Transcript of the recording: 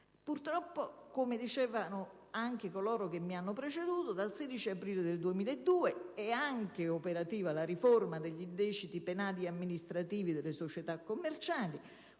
Purtroppo - come dicevano anche coloro che mi hanno preceduto - dal 16 aprile 2002 è operativa la riforma degli illeciti penali amministrativi delle società commerciali,